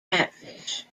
catfish